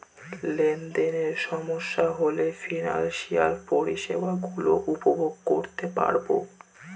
লেনদেনে সমস্যা হলে ফিনান্সিয়াল পরিষেবা গুলো উপভোগ করতে পারবো